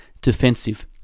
defensive